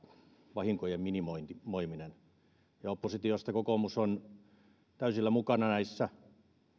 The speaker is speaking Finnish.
vahinkojen minimoiminen oppositiosta kokoomus on täysillä mukana näissä